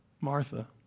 Martha